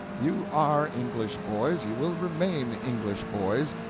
you are english boys, you will remain english boys,